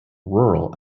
rural